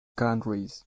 countries